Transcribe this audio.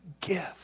gift